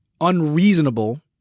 unreasonable